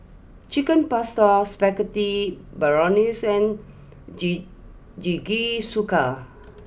Chicken Pasta Spaghetti Bolognese Jing Jingisukan